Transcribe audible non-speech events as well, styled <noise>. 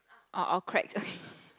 orh orh cracks okay <laughs>